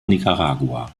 nicaragua